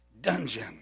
dungeon